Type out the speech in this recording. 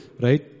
right